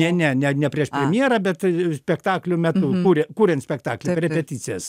ne ne ne ne prieš premjerą bet spektaklio metu kuria kuriant spektaklį per repeticijas